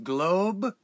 Globe